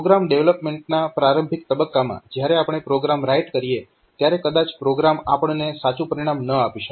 programme ડેવલપમેન્ટના પ્રારંભિક તબક્કામાં જયારે આપણે પ્રોગ્રામ રાઈટ કરીએ ત્યારે કદાચ પ્રોગ્રામ આપણને સાચું પરિણામ ન આપી શકે